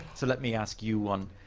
so let me ask you one.